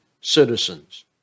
citizens